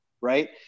right